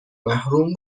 محروم